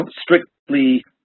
strictly